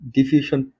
Diffusion